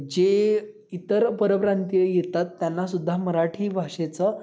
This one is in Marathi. जे इतर परप्रांतीय येतात त्यांनासुद्धा मराठी भाषेचं